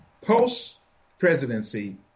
post-presidency